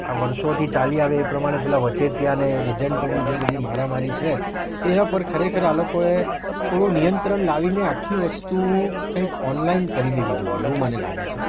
આ વર્ષોથી ચાલી આવે એ પ્રમાણે પેલા વચેટિયા ને એજન્ટોની જે બધી મારામારી છે એના પર ખરેખર આ લોકોએ થોડું નિયંત્રણ લાવીને આખી વસ્તુ કંઈક ઓનલાઈન કરી દેવી જોઈએ એવું મને લાગે છે